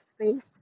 space